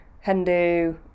Hindu